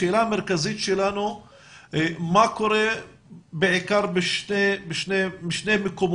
השאלה המרכזית שלנו מה קורה בעיקר בשני מקומות: